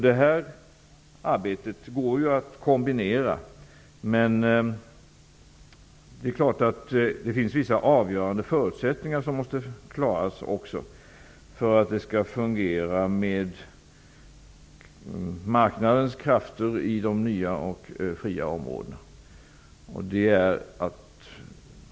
Det här arbetet går att kombinera, men vissa avgörande förutsättningar måste klaras ut för att marknadens krafter skall kunna fungera i de nya och fria områdena.